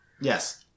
Yes